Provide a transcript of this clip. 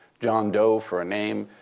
john doe for a name,